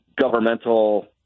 governmental